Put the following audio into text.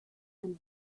and